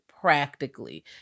practically